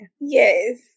Yes